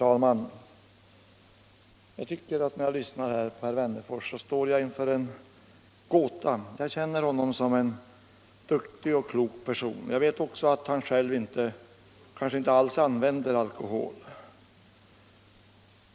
Herr talman! När jag lyssnade på herr Wennerfors tyckte jag mig stå inför en gåta. Jag känner honom som en duktig och klok person. Jag vet också att han själv kanske inte alls använder alkohol.